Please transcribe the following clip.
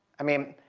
i mean,